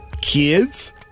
kids